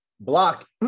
Block